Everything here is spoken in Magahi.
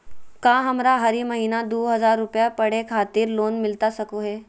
का हमरा हरी महीना दू हज़ार रुपया पढ़े खातिर लोन मिलता सको है?